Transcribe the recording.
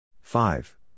Five